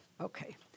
Okay